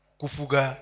kufuga